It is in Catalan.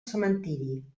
cementiri